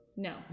No